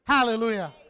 Hallelujah